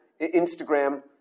Instagram